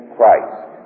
Christ